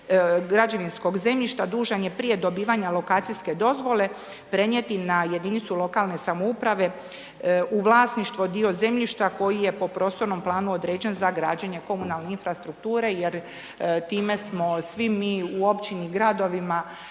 građevinskog zemljišta dužan je prije dobivanja lokacijske dozvole prenijeti na jedinicu lokalne samouprave u vlasništvo dio zemljišta koji je po prostornom planu određen za građenje komunalne infrastrukture jer time smo svi mi u općini i gradovima